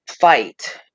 fight